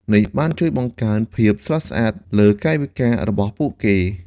នេះបានជួយបង្កើនភាពស្រស់ស្អាតលើកាយវិការរបស់ពួកគេ។